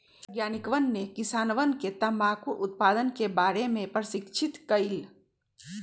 कृषि वैज्ञानिकवन ने किसानवन के तंबाकू उत्पादन के बारे में प्रशिक्षित कइल